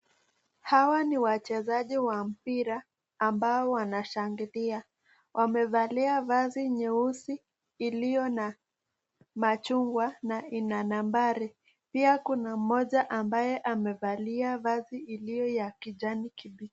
Hawa ni wachezaji wa mpira ambao wanashangilia. Wamevalia vazi nyeusi iliyo na machungwa na ina nambari. Pia kuna mmoja ambaye amevalia vazi liyo ya kijani kimbichi.